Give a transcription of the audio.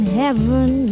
heaven